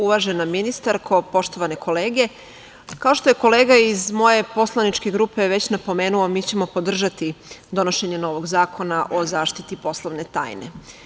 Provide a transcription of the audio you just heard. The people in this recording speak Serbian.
Uvažena ministarko, poštovane kolege, kao što je kolega iz moje poslaničke grupe već napomenuo, mi ćemo podržati donošenje novog Zakona o zaštiti poslovne tajne.